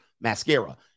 mascara